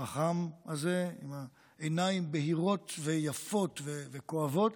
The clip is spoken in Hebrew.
החכם הזה, עם העיניים הבהירות, היפות והכואבות,